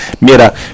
Mira